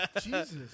Jesus